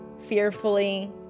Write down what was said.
fearfully